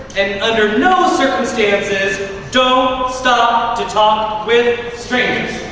and under no circumstances, don't stop to talk with strangers